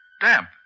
Damp